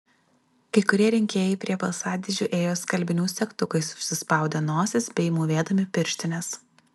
kai kurie rinkėjai prie balsadėžių ėjo skalbinių segtukais užsispaudę nosis bei mūvėdami pirštines